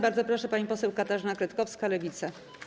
Bardzo proszę, pani poseł Katarzyna Kretkowska, Lewica.